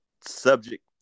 subject